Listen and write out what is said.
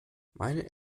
meine